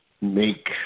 make